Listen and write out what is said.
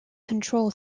control